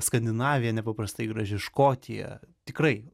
skandinavija nepaprastai graži škotija tikrai